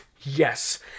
yes